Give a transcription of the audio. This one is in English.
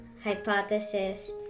hypothesis